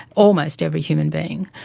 almost every human being,